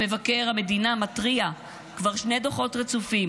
מבקר המדינה מתריע כבר שני דוחות רצופים